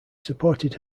supported